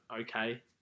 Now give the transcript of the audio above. okay